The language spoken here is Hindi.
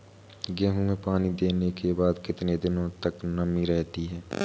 गेहूँ में पानी देने के बाद कितने दिनो तक नमी रहती है?